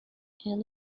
and